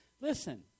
Listen